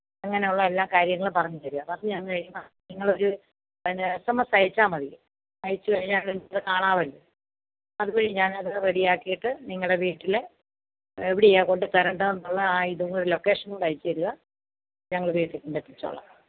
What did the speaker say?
അങ്ങനെയുള്ള എല്ലാ കാര്യങ്ങളും പറഞ്ഞ് തരിക പറഞ്ഞ് തന്ന് കഴിഞ്ഞാൽ നിങ്ങളൊരു അതിന് എസ് എം എസ് അയച്ചാൽ മതി അയച്ച് കഴിഞ്ഞാൽ അത് നിങ്ങൾക്ക് കാണാമല്ലോ അതുവഴി ഞാനത് റെഡിയാക്കിയിട്ട് നിങ്ങളുടെ വീട്ടിൽ എവിടെയാ കൊണ്ടു തരേണ്ടത് എന്നുള്ള ആ ഇതും കൂടെ ലോക്കെഷനും കൂടെ അയച്ചു തരുക ഞങ്ങൾ വീട്ടിൽ കൊണ്ടെത്തിച്ചോളാം വീട്ടിൽ കൊണ്ടെത്തിച്ചോളാം